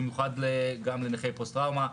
במיוחד לנכי פוסט-טראומה,